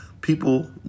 people